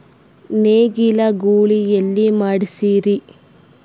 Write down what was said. ನೇಗಿಲ ಗೂಳಿ ಎಲ್ಲಿ ಮಾಡಸೀರಿ?